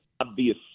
obvious